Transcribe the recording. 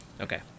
Okay